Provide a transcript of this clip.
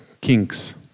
kings